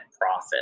profit